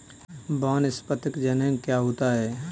वानस्पतिक जनन क्या होता है?